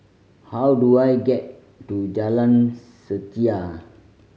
how do I get to Jalan Setia